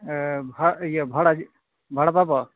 ᱵᱷᱟᱜ ᱤᱭᱟᱹ ᱵᱷᱟᱲᱟ ᱵᱷᱟᱲᱟ ᱵᱟᱵᱚᱫ